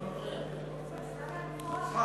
אינו נוכח.